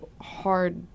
hard